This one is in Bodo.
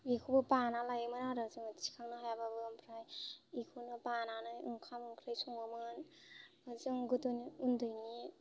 बेखौबो बाना लायोमोन आरो जोङो थिखांनो हायाबाबो ओमफ्राय बेखौनो बानानै ओंखाम ओंख्रि सङोमोन जों गोदोनि उन्दैनि